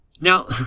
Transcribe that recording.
Now